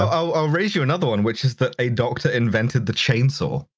um i'll raise you another one, which is that a doctor invented the chainsaw.